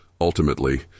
Ultimately